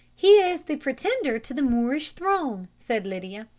he is the pretender to the moorish throne, said lydia,